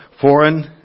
foreign